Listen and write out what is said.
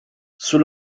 sul